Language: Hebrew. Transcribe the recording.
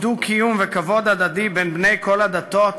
דו-קיום וכבוד הדדי בין בני כל הדתות